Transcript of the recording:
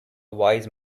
wise